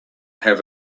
have